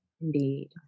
indeed